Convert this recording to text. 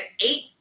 eight